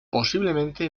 posiblemente